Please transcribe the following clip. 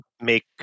make